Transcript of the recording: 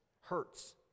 hurts